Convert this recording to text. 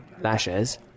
lashes